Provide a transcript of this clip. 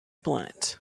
blunt